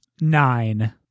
Nine